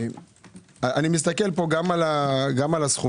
אני מסתכל פה גם על הסכומים.